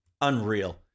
Unreal